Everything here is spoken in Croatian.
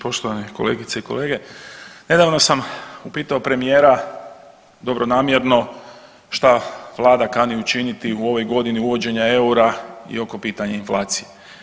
Poštovane kolegice i kolege, nedavno sam upitao premijera dobronamjerno šta vlada kani učiniti u ovoj godini uvođenja EUR-a i oko pitanja inflacije.